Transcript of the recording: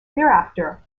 thereafter